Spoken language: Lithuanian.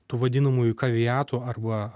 tų vadinamųjų kavijatų arba